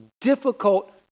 difficult